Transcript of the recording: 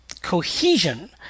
cohesion